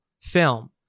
film